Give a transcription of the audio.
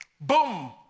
boom